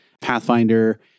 Pathfinder